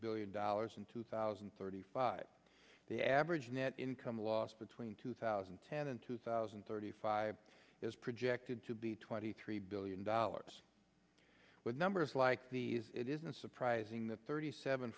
billion dollars in two thousand and thirty five the average net income loss between two thousand and ten and two thousand and thirty five is projected to be twenty three billion dollars with numbers like these it isn't surprising that thirty seven